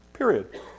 period